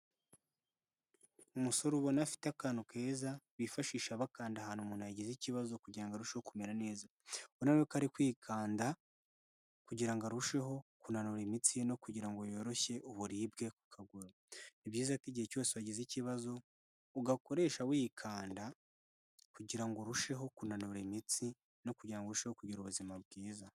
Umusore ubona afite akantu keza, bifashisha bakanda ahantu umuntu yagize ikibazo kugirango ngo arusheho kumera neza, ubona ko ari kwikanda kugirango ngo arusheho kunanura imitsi no kugira ngo yoroshye uburibwe. Ni byiza ko igihe cyose wagize ikibazo ugakoresha wikanda kugirango urusheho kunanura imitsi no kugira ngo urusheho kugira ubuzima bwiza.